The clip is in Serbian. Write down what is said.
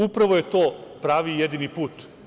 Upravo to je pravi i jedini put.